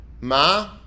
Ma